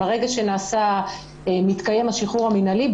ברגע שמתקיים השחרור המינהלי,